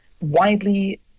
widely